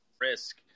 risk